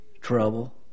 trouble